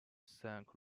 thank